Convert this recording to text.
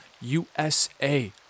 USA